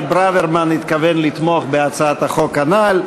ברוורמן התכוון לתמוך בהצעת החוק הנ"ל.